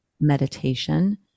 meditation